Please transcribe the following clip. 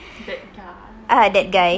that guy